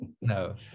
No